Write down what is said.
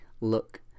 Look